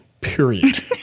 Period